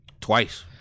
Twice